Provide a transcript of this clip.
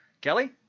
Kelly